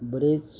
बरेच